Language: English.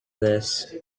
this